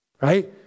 right